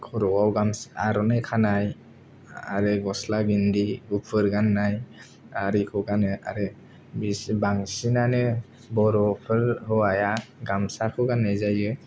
खर'आव गामस आर'नाइ खानाय आरो गस्ला गिन्दि गुफुर गान्नाय आरिखौ गानो आरो बिसि बांसिनानो बर'फोर हौवाया गामसाखौ गान्नाय जायो